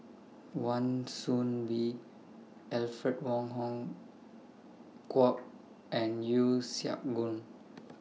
Wan Soon Bee Alfred Wong Hong Kwok and Yeo Siak Goon